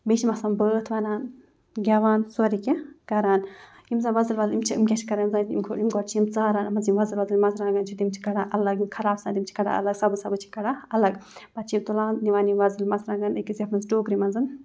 بیٚیہِ چھِ یِم آسان بٲتھ وَنان گٮ۪وان سورُے کینٛہہ کَران یِم زَن وۄزٕلۍ وۄزٕلۍ یِم چھِ یِم کیٛاہ چھِ کَران زَنہِ گۄڈٕ چھِ یِم ژاران اَتھ مںٛز یِم وۄزٕلۍ وۄزٕلۍ مرژٕوانٛگَن چھِ تِم چھِ کَڑان الگ یِم خراب چھِ آسان تِم چھِ کَڑان الگ سبٕز سبٕز چھِ کَڑان الگ پَتہٕ چھِ یہِ تُلان نِوان یِم وۄزٕلۍ مَرژٕوانٛگَن أکِس یَتھ منٛز ٹوٗکرِ منٛز